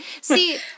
see